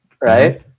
right